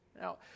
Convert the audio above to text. Now